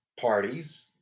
parties